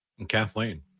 Kathleen